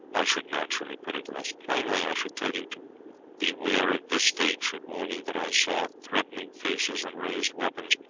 i should naturally put it less plainly. i should tell you to beware of this date, should warn you that i saw threatening faces and raised weapons,